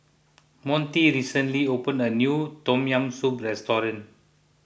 Monte recently opened a new Tom Yam Soup restaurant